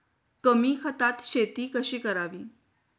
कमी खतात शेती कशी करावी?